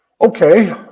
okay